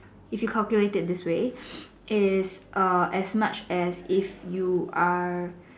if you calculate this way is err as much as if you are